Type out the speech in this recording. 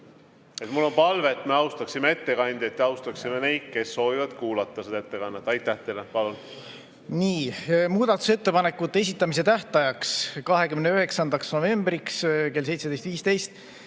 Mul on palve, et me austaksime ettekandjat ja austaksime neid, kes soovivad kuulata seda ettekannet. Aitäh teile! Palun! Nii! Muudatusettepanekute esitamise tähtajaks, 29. novembril kella 17.15‑ks